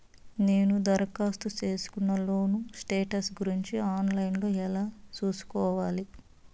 నేను దరఖాస్తు సేసుకున్న లోను స్టేటస్ గురించి ఆన్ లైను లో ఎలా సూసుకోవాలి?